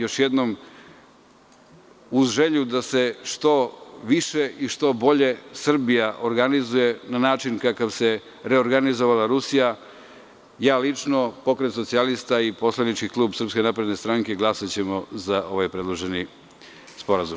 Još jednom, uz želju da se što više i što bolje Srbija organizuje na način kakav se reorganizovala Rusija, ja lično, Pokret socijalista i poslanički klub SNS glasaćemo za ovaj predloženi sporazum.